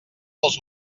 els